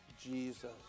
Jesus